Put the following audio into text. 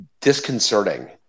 disconcerting